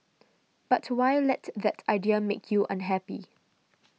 but why let that idea make you unhappy